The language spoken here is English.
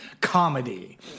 comedy